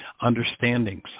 understandings